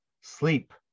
sleep